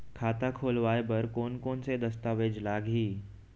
खाता खोलवाय बर कोन कोन से दस्तावेज लागही?